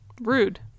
Rude